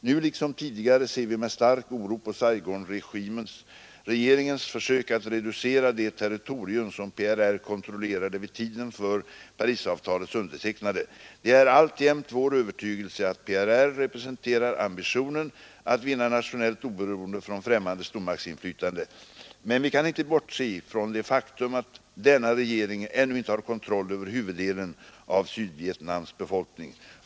Nu liksom tidigare ser vi med stark oro på Saigonregeringens försök att reducera det territorium som PRR kontrollerade vid tiden för Parisavtalets undertecknande. Det är alltjämt vår övertygelse att PRR representerar ambitionen att vinna nationellt oberoende från främmande stormaktsinflytande. Men vi kan inte bortse från det faktum att denna regering ännu inte har kontroll över huvuddelen av Sydvietnams befolkning.